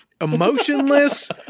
emotionless